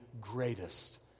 greatest